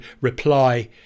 reply